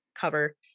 Cover